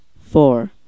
four